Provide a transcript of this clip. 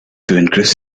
increase